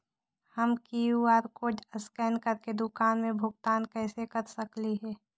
हम QR code scan करके दुकान में भुगतान कैसे कर सकली हे?